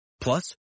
Plus